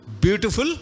beautiful